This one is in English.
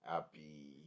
Happy